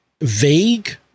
vague